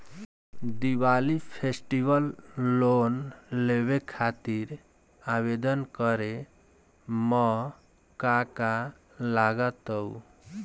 Diwali festival loan लेवे खातिर आवेदन करे म का का लगा तऽ?